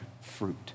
fruit